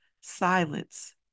silence